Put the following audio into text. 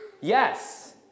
Yes